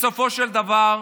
בסופו של דבר,